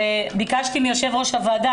ביקשתי מיושב ראש הוועדה,